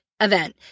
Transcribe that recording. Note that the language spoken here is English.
event